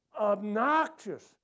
obnoxious